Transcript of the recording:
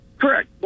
Correct